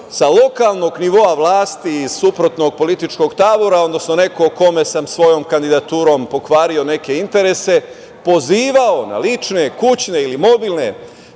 sa lokalnog nivoa vlasti iz suprotnog političkog tabora, odnosno neko kome sam svojom kandidaturom pokvario neke interese, pozivao na lične kućne ili mobilne